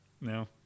No